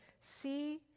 see